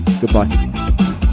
Goodbye